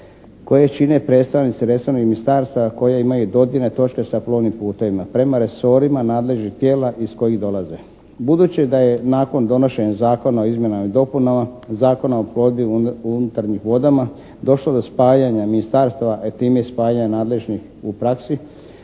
koje čine predstavnici resornih ministarstava koje imaju dodirne točke sa plovnim putevima prema resorima nadležnih tijela iz kojih dolaze. Budući da je nakon donošenja Zakona o izmjenama i dopunama Zakona o plovidbi u unutarnjim vodama došlo do spajanja ministarstava, a time i spajanja nadležnih u praksi